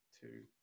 two